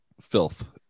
filth